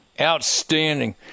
Outstanding